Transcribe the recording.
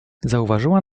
zauważyła